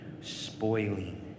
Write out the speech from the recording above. spoiling